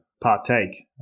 partake